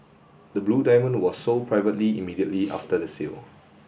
the blue diamond was sold privately immediately after the sale